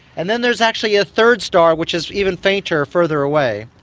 and then there's actually a third star which is even fainter further away.